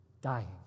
dying